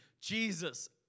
Jesus